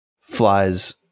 flies